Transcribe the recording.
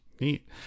neat